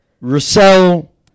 Russell